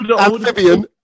Amphibian